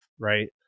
Right